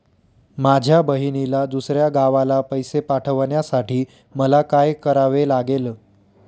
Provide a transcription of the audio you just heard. माझ्या बहिणीला दुसऱ्या गावाला पैसे पाठवण्यासाठी मला काय करावे लागेल?